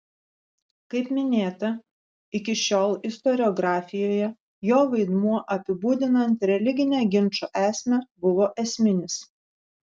kaip minėta iki šiol istoriografijoje jo vaidmuo apibūdinant religinę ginčo esmę buvo esminis